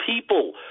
people